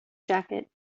jacket